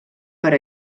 per